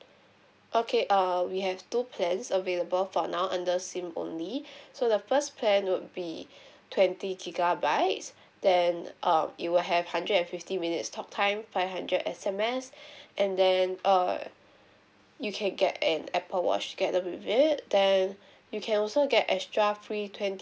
okay err we have two plans available for now under sim only so the first plan would be twenty gigabytes then um it will have hundred and fifty minutes talk time five hundred S_M_S and then err you can get an Apple watch together with it then you can also get extra free twenty